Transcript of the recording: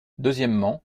deuxièmement